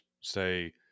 say